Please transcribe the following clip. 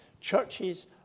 Churches